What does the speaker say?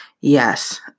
Yes